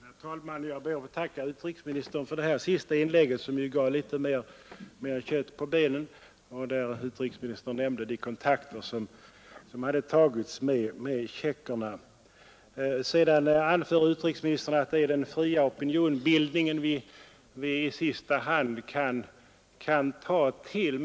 Herr talman! Jag ber att få tacka utrikesministern för det senaste inlägget, som gav litet mera kött på benen och där utrikesministern nämnde de kontakter som tagits med tjeckiska regeringen, Sedan anförde utrikesministern att det är den fria opinionsbildningen vi i sista hand får lita till.